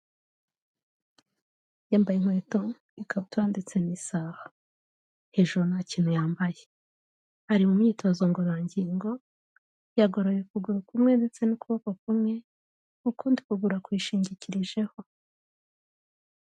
Yambaye inkweto, ikabutura ndetse n'isaha, hejuru nta kintu yambaye, ari mu myitozo ngororangingo, yagoroye ukuguru kumwe ndetse n'ukuboko kumwe, ukundi kuguru akwishingikirijeho.